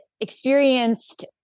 experienced